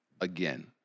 again